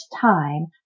time